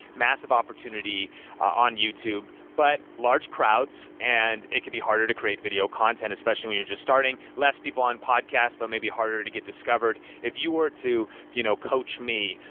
massive opportunity on youtube. but, large crowds and it can be harder to create video content, especially when you're just starting. less people on podcast but maybe harder to get discovered. if you were to you know coach me,